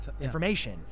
information